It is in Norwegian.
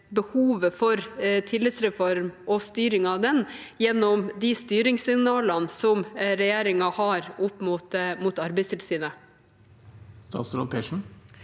behovet for en tillitsreform og styring av den gjennom de styringssignalene som regjeringen har opp mot Arbeidstilsynet. Statsråd Marte